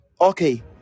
okay